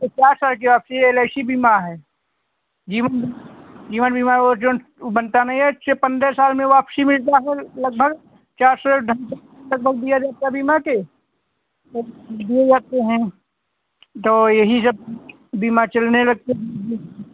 तो चार साल की वापसी यह एल आई सी बीमा है जीवन जीवन बीमा वो जवन ऊ बनता नहीं है छः पन्द्रह साल में वापसी मिलता है फिर लगभग चार से लगभग दिया जाता है बीमा के दिए जाते हैं तो यही जब बीमा चलने लगते हैं